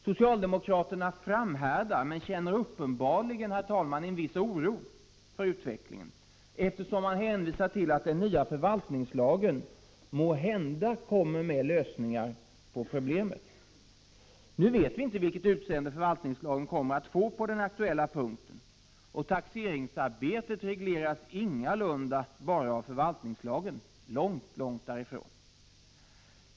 Socialdemokraterna framhärdar, men känner uppenbarligen, herr talman, en viss oro för utvecklingen, eftersom de hänvisar till att den nya förvaltningslagen kan ge lösningar på problemet. Nu vet vi inte vilket utseende förvaltningslagen kommer att få på den aktuella punkten, och taxeringsarbetet regleras ingalunda bara av förvaltningslagen, långt därifrån.